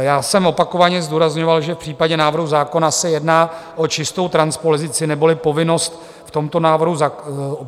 Já jsem opakovaně zdůrazňoval, že v případě návrhu zákona se jedná o čistou transpozici, neboli povinnosti v tomto návrhu